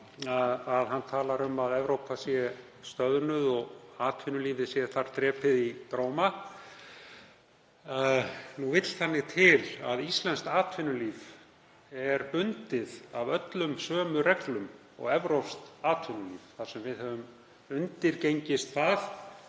hann talar um að Evrópa sé stöðnuð og atvinnulífið sé þar drepið í dróma. Nú vill þannig til að íslenskt atvinnulíf er bundið af öllum sömu reglum og evrópskt atvinnulíf þar sem við höfum gengist